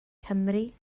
cymry